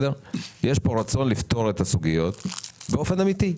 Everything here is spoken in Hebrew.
יש פה רצון לפתור את הסוגיות באופן אמיתי.